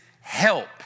help